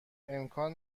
امکان